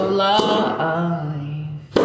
life